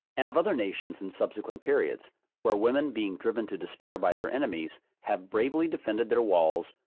and of other nations in subsequent periods where women being driven to despair by their enemies, have bravely defended their walls,